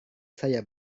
saya